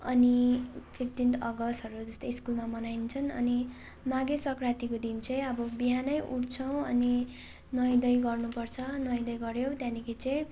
अनि फिफ्टिन अगस्तहरू जस्तै स्कुलमा मनाइन्छन् अनि माघे सङ्क्रान्तिको दिन चाहिँ अब बिहानै उठ्छौँ अनि नुहाईधुवाई गर्नुपर्छ नुहाईधुवाई गर्यौँ त्यहाँदेखि चाहिँ